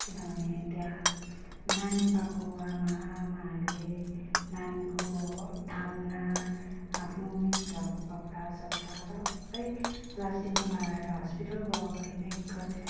किनभने त्यहाँ नानी पाएको आमा आमाहरूले नानीको थाङ्ना आफ्नो मिन्स भएको कपडासपडा सबै प्लास्टिकमा लगाएर हस्पिटलको अगाडि नै क